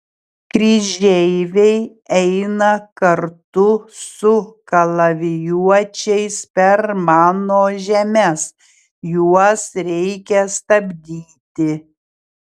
kryžeiviai eina kartu su kalavijuočiais per mano žemes juos reikia stabdyti